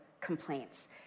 complaints